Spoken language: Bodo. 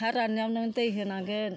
हा राननायाव नों दै होनांगोन